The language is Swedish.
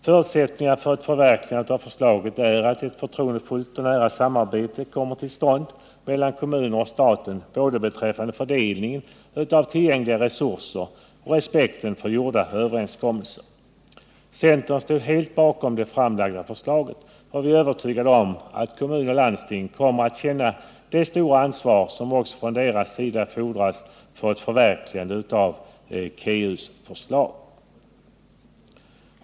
Förutsättningarna för ett förverkligande av förslaget är att ett förtroendefullt och nära samarbete kommer till stånd mellan kommunerna och staten beträffande både fördelningen av tillgängliga resurser och respekten för gjorda överenskommelser. Centern stod helt bakom det framlagda förslaget, och vi är övertygade om att kommuner och landsting kommer att känna det stora ansvar som också från deras sida fordras för ett förverkligande av KEU:s förslag.